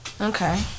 okay